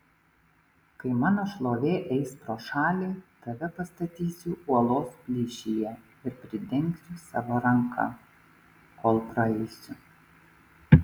kai mano šlovė eis pro šalį tave pastatysiu uolos plyšyje ir pridengsiu savo ranka kol praeisiu